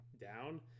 down